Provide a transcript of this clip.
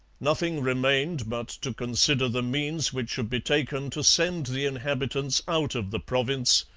nothing remained but to consider the means which should be taken to send the inhabitants out of the province,